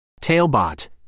Tailbot